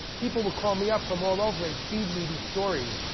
people would call me up from all over and feed me these stories.